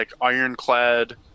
ironclad